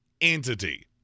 entity